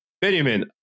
Benjamin